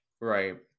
Right